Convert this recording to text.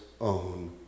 own